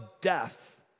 death